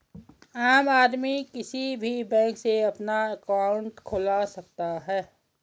आम आदमी किसी भी बैंक में अपना अंकाउट खुलवा सकता है